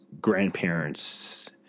grandparents